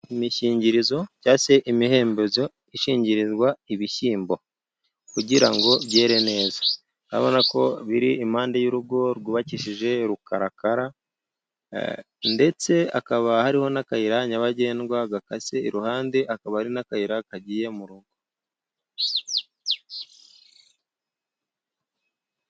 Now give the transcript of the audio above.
Imishingirizo cyangwa se imihembezo ishingirizwa ibishyimbo, kugira ngo byere neza urabona ko biri iruhande rw'urugo rwubakishije rukarakara, ndetse hakaba hariho n'akayira nyabagendwa gakase iruhande, akaba ari n'akayira kagiye mu rugo.